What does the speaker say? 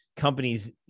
companies